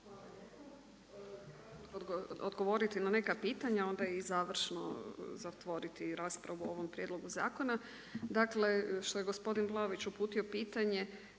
… odgovoriti na neka pitanja onda i završno zatvoriti raspravu o ovom prijedlogu zakona. Dakle što je gospodin Vlaović uputio pitanje,